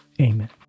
Amen